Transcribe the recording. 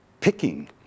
picking